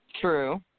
True